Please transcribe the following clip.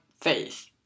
faith